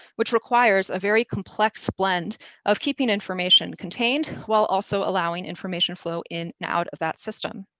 which requires a very complex blend of keeping information contained, while also allowing information flow in and out of that system.